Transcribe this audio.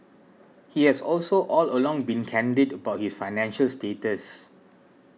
he has also all along been candid about his financial status